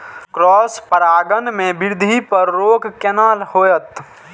Cross परागण के वृद्धि पर रोक केना होयत?